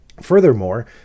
Furthermore